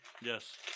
Yes